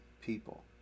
people